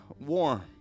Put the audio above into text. warm